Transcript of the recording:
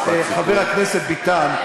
חבר הכנסת ביטן,